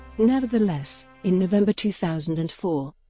nevertheless, in november two thousand and four,